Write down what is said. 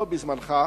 לא בזמנך,